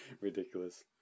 ridiculous